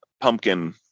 pumpkin